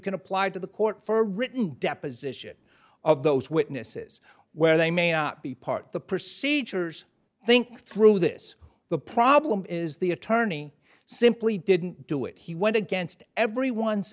can apply to the court for a written deposition of those witnesses where they may not be part of the procedures think through this the problem is the attorney simply didn't do it he went against everyon